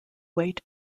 weight